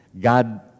God